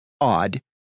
odd